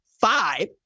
five